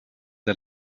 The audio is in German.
der